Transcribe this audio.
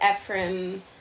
Ephraim